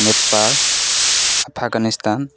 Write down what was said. Nepal Afghanistan